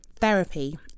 therapy